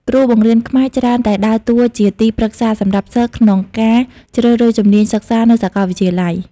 គ្រូបង្រៀនខ្មែរច្រើនតែដើរតួជាទីប្រឹក្សាសម្រាប់សិស្សក្នុងការជ្រើសរើសជំនាញសិក្សានៅសាកលវិទ្យាល័យ។